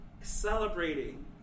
celebrating